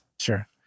Sure